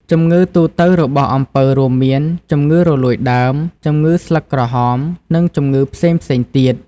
ជំងឺទូទៅរបស់អំពៅរួមមាន ជំងឺរលួយដើម ជំងឺស្លឹកក្រហម និងជំងឺផ្សេងៗទៀត។